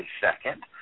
second